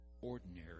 ordinary